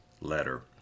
letter